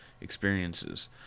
experiences